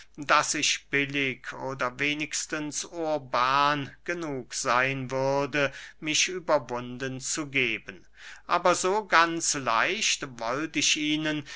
daß ich billig oder wenigstens urban genug seyn würde mich überwunden zu geben aber so ganz leicht wollt ich ihnen